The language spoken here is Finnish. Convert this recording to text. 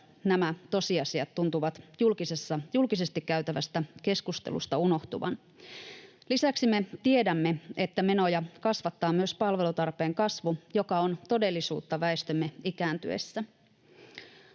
nämä tosiasiat tuntuvat julkisesti käytävästä keskustelusta unohtuvan. Lisäksi me tiedämme, että menoja kasvattaa myös palvelutarpeen kasvu, joka on todellisuutta väestömme ikääntyessä.